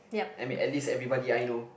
I mean at least everybody I know